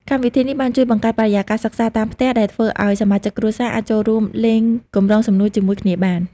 កម្មវិធីនេះបានជួយបង្កើតបរិយាកាសសិក្សាតាមផ្ទះ ដែលធ្វើឲ្យសមាជិកគ្រួសារអាចចូលរួមលេងកម្រងសំណួរជាមួយគ្នាបាន។